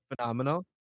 phenomenal